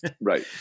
Right